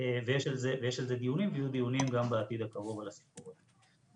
ויש על זה דיונים ויהיו דיונים גם בעתיד הקרוב על הסיפור הזה.